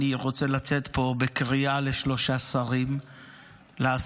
אני רוצה לצאת פה בקריאה לשלושה שרים לעשות